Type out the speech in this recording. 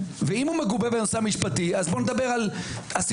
ואם הוא מגובה בנושא המשפטי אז בוא נדבר על הסיבות